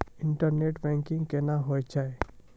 Internet banking कोना होय छै?